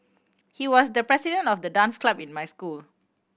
he was the president of the dance club in my school